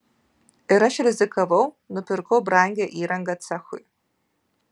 ir aš rizikavau nupirkau brangią įrangą cechui